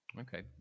Okay